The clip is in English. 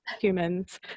humans